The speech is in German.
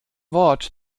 wort